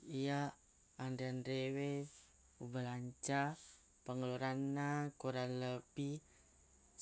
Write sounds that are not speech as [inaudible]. [noise] iya anre-anre we [noise] ubalanca pengeluaranna kurang lebbi